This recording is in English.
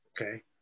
Okay